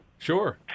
Sure